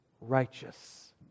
Righteous